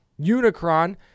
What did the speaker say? Unicron